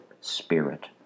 spirit